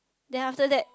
then after that